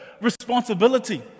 responsibility